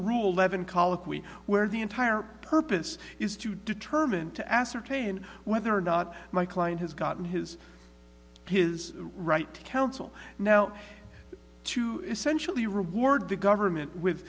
colloquy where the entire purpose is to determine to ascertain whether or not my client has gotten his his right to counsel now to essentially reward the government with